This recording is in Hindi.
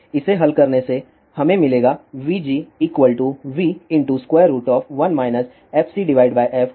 इसे हल करने से हमें मिलेगा vg v1 fcf2